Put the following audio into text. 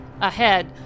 Ahead